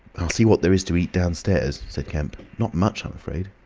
i'll see what there is to eat downstairs, said kemp. not much, i'm afraid.